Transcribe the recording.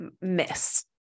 miss